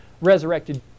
Resurrected